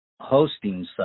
hosting